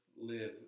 Live